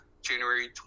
January